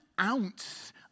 ounce